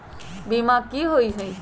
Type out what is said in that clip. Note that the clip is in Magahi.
बीमा की होअ हई?